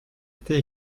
été